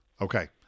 okay